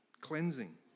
Cleansing